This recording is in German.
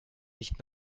nicht